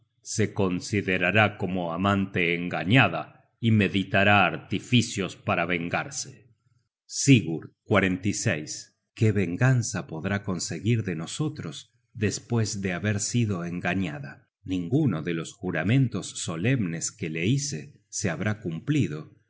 se considerará como amante engañada y meditará artificios para vengarse sigurd qué venganza podrá conseguir de nosotros despues de haber sido engañada ninguno de los juramentos solemnes que la hice se habrá cumplido